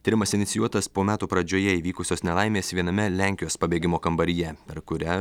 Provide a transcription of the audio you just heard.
tyrimas inicijuotas po metų pradžioje įvykusios nelaimės viename lenkijos pabėgimo kambaryje per kurią